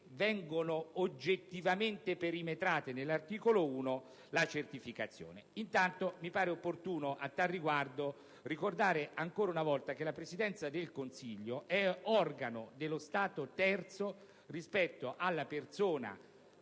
situazioni oggettivamente perimetrate nell'articolo 1. Mi pare opportuno, a tale riguardo, ricordare ancora una volta che la Presidenza del Consiglio è organo dello Stato, terzo rispetto alla persona